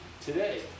today